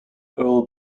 earl